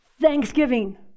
thanksgiving